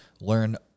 learn